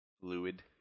Fluid